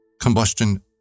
Combustion